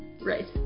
Right